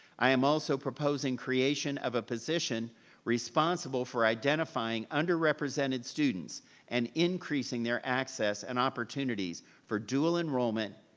i am also proposing creation of a position responsible for identifying underrepresented students and increasing their access and opportunities for dual enrollment,